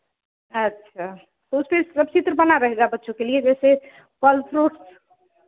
अच्छा तो उसपर सब चित्र बना रहेगा बच्चों के लिए जैसे फल फ्रूट्स